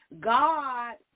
God